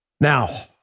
Now